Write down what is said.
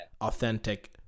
authentic